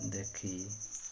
ଦେଖି